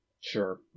Sure